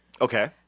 Okay